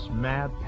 mad